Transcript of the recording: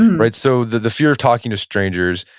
um right? so, the the fear of talking to strangers,